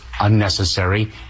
unnecessary